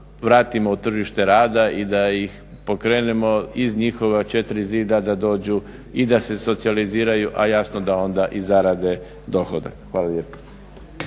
vratimo u tržište rada i da ih pokrenemo iz njihova četiri zida da dođu i da se socijaliziraju, a jasno da onda i zarade dohodak. Hvala lijepo.